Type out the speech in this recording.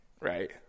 right